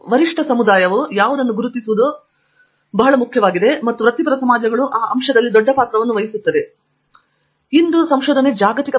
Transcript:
ಆದ್ದರಿಂದ ವರಿಷ್ಠ ಪೀರ್ ಸಮುದಾಯ ಯಾವುದನ್ನು ಗುರುತಿಸುವುದು ಬಹಳ ಮುಖ್ಯವಾಗಿದೆ ಮತ್ತು ವೃತ್ತಿಪರ ಸಮಾಜಗಳು ಆ ಅಂಶದಲ್ಲಿ ದೊಡ್ಡ ಪಾತ್ರವನ್ನು ವಹಿಸುತ್ತವೆ ಮತ್ತು ಆಂಡ್ರ್ಯೂ ನೀವು ಹೇಳಲು ಏನನ್ನಾದರೂ ಇವೆ ಎಂದು ನಾನು ಭಾವಿಸುತ್ತೇನೆ